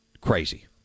crazy